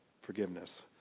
forgiveness